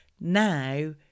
Now